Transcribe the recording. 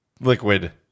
liquid